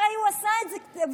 הרי הוא עשה את זה כבר.